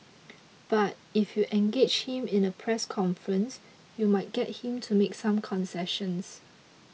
but if you engage him in a press conference you might get him to make some concessions